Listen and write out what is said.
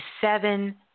seven